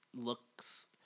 looks